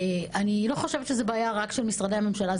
אני לא חושבת שזאת בעיה רק של משרדי הממשלה,